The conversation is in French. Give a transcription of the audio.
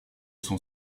son